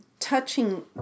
touching